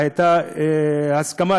והייתה הסכמה,